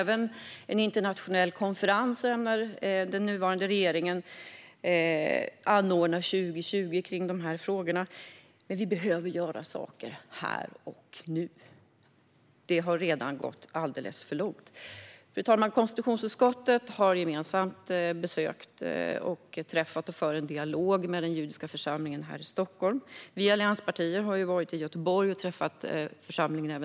Den nuvarande regeringen ämnar anordna en internationell konferens om dessa frågor 2020. Men vi behöver göra saker här och nu. Det har redan gått alldeles för långt. Fru talman! Konstitutionsutskottet har gemensamt besökt och för en dialog med den judiska församlingen här i Stockholm. Vi allianspartier har varit i Göteborg och träffat församlingen där.